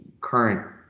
current